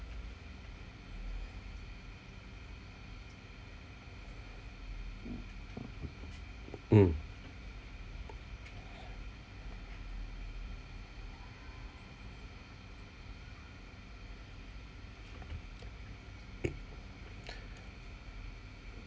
mm